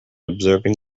observing